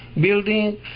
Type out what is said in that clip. building